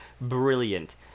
Brilliant